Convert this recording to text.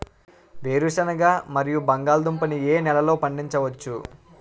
వేరుసెనగ మరియు బంగాళదుంప ని ఏ నెలలో పండించ వచ్చు?